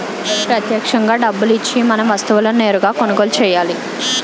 ప్రత్యక్షంగా డబ్బులు ఇచ్చి మనం వస్తువులను నేరుగా కొనుగోలు చేయాలి